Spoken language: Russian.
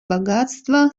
богатство